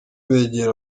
begera